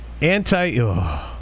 anti